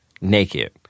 naked